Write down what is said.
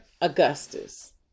Augustus